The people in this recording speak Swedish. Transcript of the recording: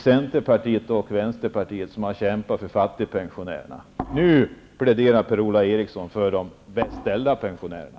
Centerpartiet och Vänsterpartiet har kämpat för fattigpensionärerna. Nu pläderar Per-Ola Eriksson för de bäst ställda pensionärerna.